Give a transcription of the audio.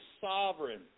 sovereign